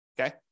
okay